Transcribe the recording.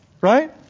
right